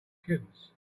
kittens